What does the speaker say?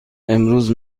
امروز